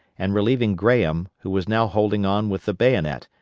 and relieving graham, who was now holding on with the bayonet,